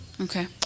Okay